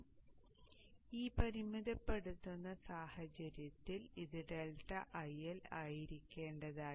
അതിനാൽ ഈ പരിമിതപ്പെടുത്തുന്ന സാഹചര്യത്തിൽ ഇത് ഡെൽറ്റ IL ആയിരിക്കേണ്ടതായിരുന്നു